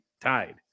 tied